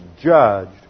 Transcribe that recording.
judged